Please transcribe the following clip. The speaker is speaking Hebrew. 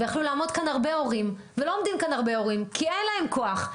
יכלו לעמוד כאן הרבה הורים ולא עומדים כאן הרבה הורים כי אין להם כוח,